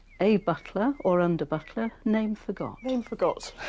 a butler, or under-butler, name forgot. name forgot.